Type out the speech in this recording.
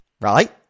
right